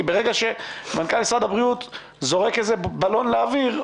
כי ברגע שמנכ"ל משרד הבריאות זורק בלון לאוויר,